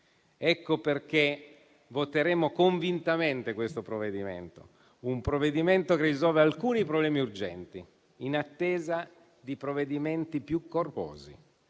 Ecco perché voteremo convintamente questo provvedimento, che risolve alcuni problemi urgenti in attesa di provvedimenti più corposi,